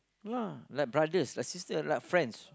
lah like brothers like sister like friends